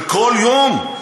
וכל יום,